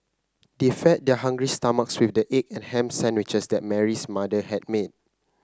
they fed their hungry stomachs with the egg and ham sandwiches that Mary's mother had made